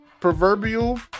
proverbial